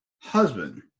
husband